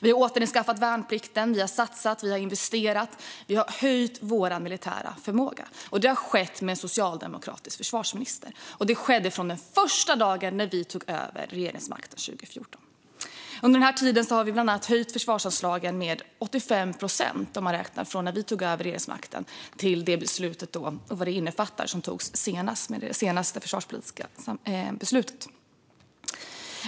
Vi har återinfört värnplikten. Vi har satsat och investerat. Vi har höjt vår militära förmåga, och det har skett med en socialdemokratisk försvarsminister. Detta skedde från den första dagen då vi tog över regeringsmakten 2014. Under den här tiden har vi bland annat höjt försvarsanslagen med 85 procent räknat från när vi tog över regeringsmakten till det senaste försvarspolitiska beslutet.